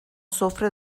سفره